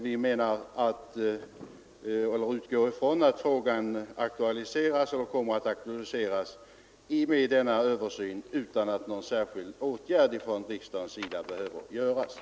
Vi utgår från att frågan kommer att aktualiseras i och med denna översyn utan att någon särskild åtgärd behöver vidtas av riksdagen.